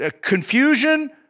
confusion